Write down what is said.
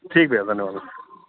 ठीक भैया धन्यवाद भैया